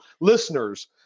listeners